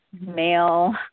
male